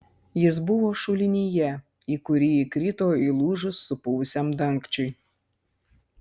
jis buvo šulinyje į kurį įkrito įlūžus supuvusiam dangčiui